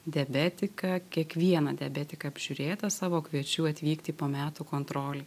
diabetiką kiekvieną diabetiką apžiūrėtą savo kviečiu atvykti po metų kontrolei